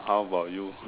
how about you